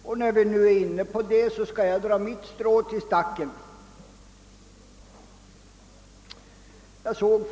Och när jag nu är inne på den saken skall jag för min del också försöka dra ett strå till stacken.